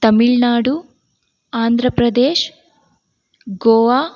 Tamil Nadu Andhra Pradesh Goa